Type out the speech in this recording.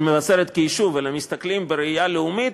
מבשרת כיישוב ומסתכלים בראייה לאומית,